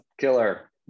killer